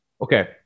Okay